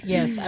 Yes